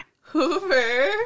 Hoover